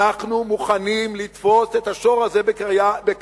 אנחנו מוכנים לתפוס את השור הזה בקרניו